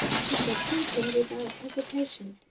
she said simply and without hesitation.